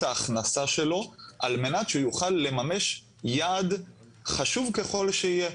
ההכנסה שלו על מנת שהוא יוכל לממש יעד חשוב ככל שיהיה.